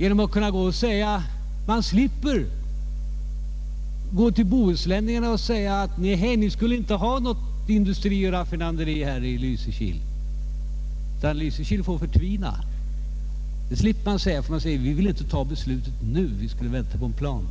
Man skulle slippa gå till bohuslänningarna och säga: Nej, ni skall inte ha något raffinaderi i Lysekil, utan Lysekil får förtvina! Det slipper man säga. Man säger i stället: Vi kan inte ta ett beslut nu, utan får vänta på en plan.